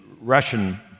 Russian